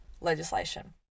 legislation